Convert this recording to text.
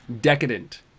Decadent